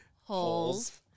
Holes